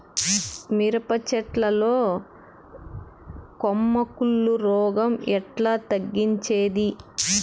మిరప చెట్ల లో కొమ్మ కుళ్ళు రోగం ఎట్లా తగ్గించేది?